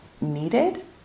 needed